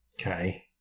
Okay